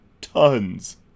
tons